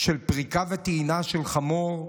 של פריקה וטעינה של חמור שונאך,